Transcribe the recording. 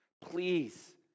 Please